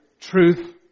truth